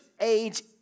age